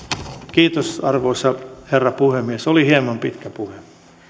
kiitos arvoisa herra puhemies oli hieman pitkä puhe